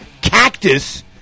Cactus